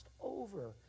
over